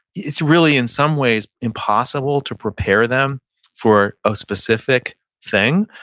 it's really in some ways impossible to prepare them for a specific thing.